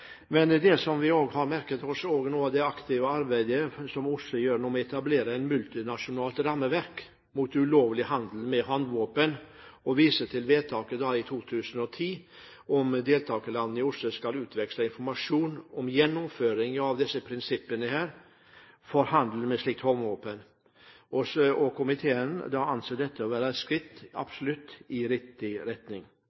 Det som vi også har merket oss, er det aktive arbeidet som OSSE gjør med å etablere et multinasjonalt rammeverk mot ulovlig handel med håndvåpen, og vi viser til vedtaket fra 2010 om at deltakerlandene i OSSE skal utveksle informasjon om gjennomføringen av OSSE-prinsippene for handel med slike våpen. Komiteen anser dette for absolutt å være et skritt